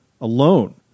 alone